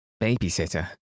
babysitter